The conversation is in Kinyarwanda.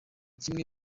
kimwe